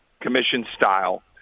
Commission-style